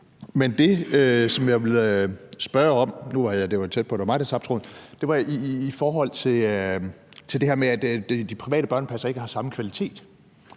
er mig, der har tabt tråden – er i forhold til det her med, at de private børnepassere ikke har samme kvalitet.